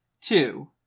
Two